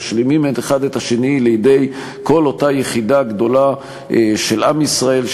הם משלימים אחד את השני לידי כל אותה יחידה גדולה של עם ישראל,